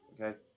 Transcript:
Okay